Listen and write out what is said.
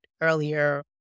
earlier